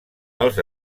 alts